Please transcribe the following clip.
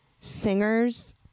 singers